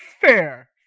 Fair